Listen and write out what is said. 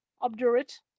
obdurate